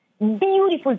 beautiful